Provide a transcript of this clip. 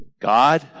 God